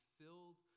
filled